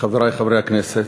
חברי חברי הכנסת,